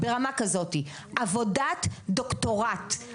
הביקורת פשוט הייתה ב-2018,